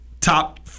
top